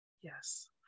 Yes